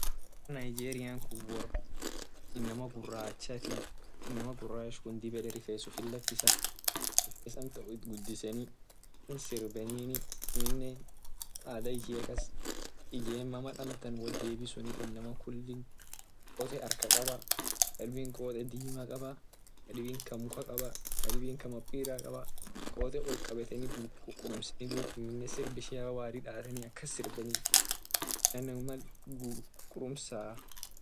Wor nigerian kun wor inama gurchatii inama gurach kun dib ede rifes ufit lakisa rifes ufit lakiseni hinsirbenini amine adha ishia mal wojebie wotjebisun kas inama kulli kote harka kaba ka dibin kote dima kabaa ka dibin ka muka kaba kadibin kaa mapira kabaa kote ol kabeni kukurme seni dub amine sirb ishian wari dateni akas sirbeni ak kurumsaa.